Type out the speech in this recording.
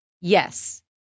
Yes